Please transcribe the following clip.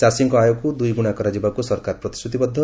ଚାଷୀଙ୍କ ଆୟକୁ ଦୁଇଗୁଶା କରାଯିବାକୁ ସରକାର ପ୍ରତିଶ୍ରତିବଦ୍ଧ